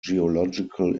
geological